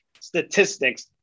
statistics